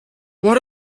what